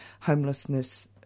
Homelessness